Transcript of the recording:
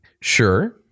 Sure